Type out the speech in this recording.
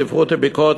ספרות וביקורת",